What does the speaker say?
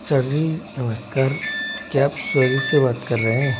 sir ji नमस्कार क्या आप सवेग्गी से बात कर रहे हैं